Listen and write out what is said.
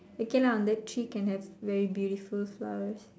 okay lah that tree can have very beautiful flowers